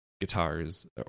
guitars